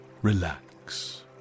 Relax